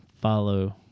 follow